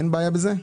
אין בעיה בזה?